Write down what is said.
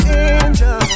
angel